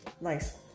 nice